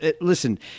listen